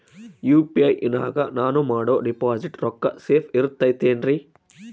UPI ನಾಗ ನಾನು ಮಾಡೋ ಡಿಪಾಸಿಟ್ ರೊಕ್ಕ ಸೇಫ್ ಇರುತೈತೇನ್ರಿ?